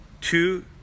two